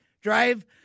drive